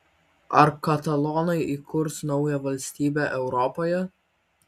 ar katalonai įkurs naują valstybę europoje